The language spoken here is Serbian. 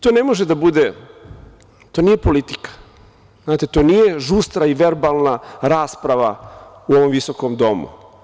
To nije politika, znate, to nije žustra i verbalna rasprava u ovom visokom domu.